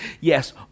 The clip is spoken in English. Yes